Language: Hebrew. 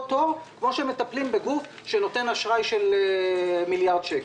תור כפי שמטפלים בגוף שנותן אשראי של מיליארד שקל.